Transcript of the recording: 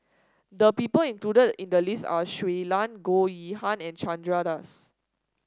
the people included in the list are Shui Lan Goh Yihan and Chandra Das